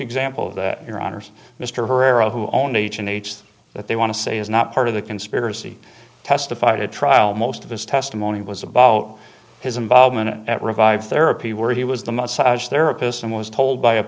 example of your honor's mr herrera who own age and aged that they want to say is not part of the conspiracy testified at trial most of his testimony was about his involvement at revived therapy where he was the massage therapist and was told by a